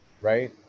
right